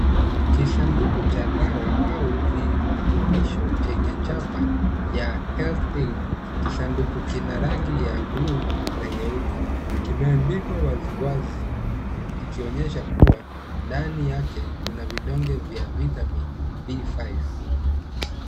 Kisanduku cha dawa au virutubisho chenye chapa ya HealthAid . Kisanduku kina rangi ya bluu na nyeupe. Kimeandikwa wazi wazi ikionyesha kuwa ndani yake kuna vidonge vya vitamini B5.